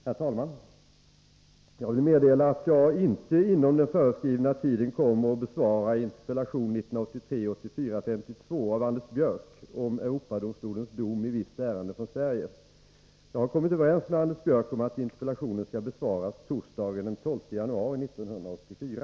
Herr talman! Jag vill meddela att jag inte inom den föreskrivna tiden kommer att besvara Anders Björcks interpellation om Europadomstolens dom i visst ärende från Sverige. Jag har kommit överens med Anders Björck om att interpellationen skall besvaras torsdagen den 12 januari 1984.